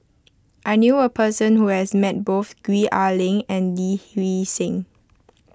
I knew a person who has met both Gwee Ah Leng and Lee Hee Seng